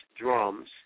drums